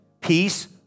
peace